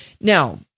Now